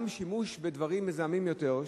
גם שימוש בדברים מזוהמים יותר,